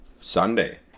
sunday